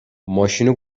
ماشینو